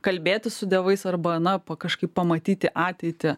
kalbėtis su dievais arba na kažkaip pamatyti ateitį